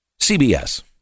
CBS